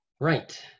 Right